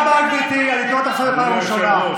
מה קרה, גם פה אתם סותמים את הפה?